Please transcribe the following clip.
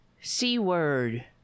C-word